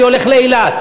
אני הולך לאילת,